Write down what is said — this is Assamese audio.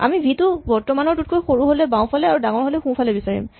আমি ভি টো বৰ্তমানৰটোতকৈ সৰু হ'লে বাওঁফালে আৰু ডাঙৰ হ'লে সোঁফালে বিচাৰিম